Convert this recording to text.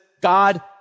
God